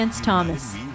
Thomas